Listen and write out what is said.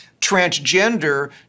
transgender